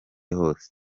hose